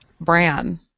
Bran